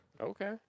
Okay